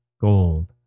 gold